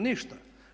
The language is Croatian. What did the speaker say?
Ništa.